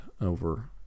over